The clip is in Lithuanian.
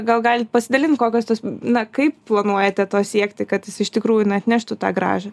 gal galit pasidalint kokios tos na kaip planuojate to siekti kad jis iš tikrųjų na atneštų tą gražą